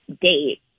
date